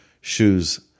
shoes